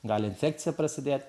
gali infekcija prasidėt